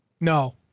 No